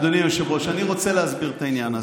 אדוני היושב-ראש, אני רוצה להסביר את העניין הזה.